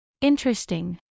Interesting